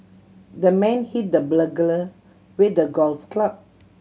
the man hit the burglar with a golf club